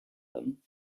them